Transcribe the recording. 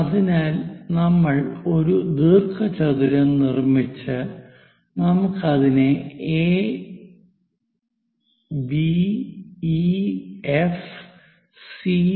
അതിനാൽ നമ്മൾ ഒരു ദീർഘചതുരം നിർമ്മിച്ചു നമുക്ക് അതിനെ A B E F C O D H G